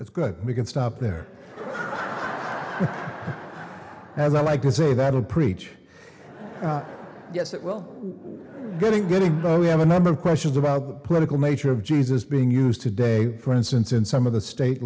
it's good we can stop there as i like to say that will preach yes it will getting getting we have a number of questions about the political nature of jesus being used today for instance in some of the state